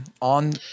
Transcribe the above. on